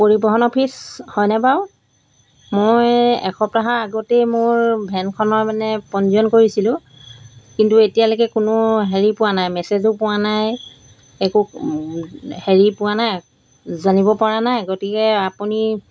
পৰিনহণ office হয়নে বাৰু মই এসপ্তাহৰ আগতেই মোৰ ভেনখনৰ মানে পঞ্জীয়ন কৰিছিলোঁ কিন্তু এতিয়ালৈকে কোনো হেৰি পোৱা নাই মেছেজো পোৱা নাই একো হেৰি পোৱা নাই জানিব পৰা নাই গতিকে আপুনি